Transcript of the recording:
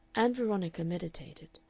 ann veronica meditated.